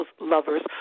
lovers